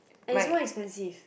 is more expensive